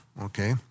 okay